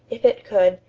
if it could,